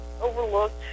overlooked